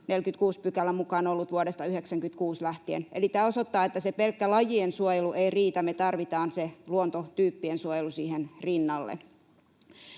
46 §:n mukaan ollut vuodesta 1996 lähtien. Eli tämä osoittaa, että se pelkkä lajien suojelu ei riitä, me tarvitaan se luontotyyppien suojelu siihen rinnalle.